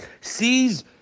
sees